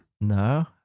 No